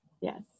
Yes